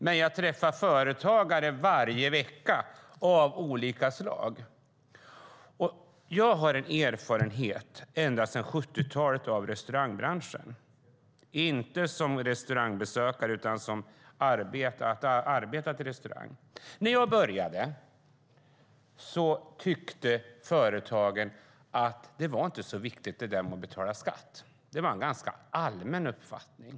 Men jag träffar företagare av olika slag varje vecka. Jag har erfarenhet av restaurangbranschen ända sedan 70-talet, inte som restaurangbesökare utan jag har arbetat i restaurang. När jag började tyckte företagen att det där med att betala skatt inte var så viktigt. Det var en ganska allmän uppfattning.